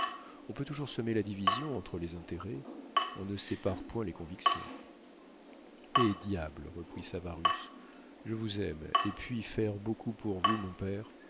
on peut toujours semer la division entre les intérêts on ne sépare point les convictions eh diable reprit savarus je vous aime et puis faire beaucoup pour vous mon père